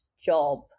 job